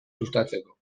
sustatzeko